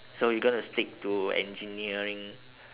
so you gonna stick to engineering